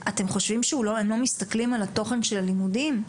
אתם חושבים שהם לא מסתכלים על התוכן של הלימודים?